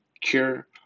cure